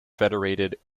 federated